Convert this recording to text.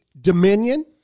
Dominion